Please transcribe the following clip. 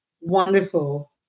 wonderful